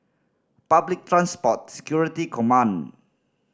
Public Transport Security Command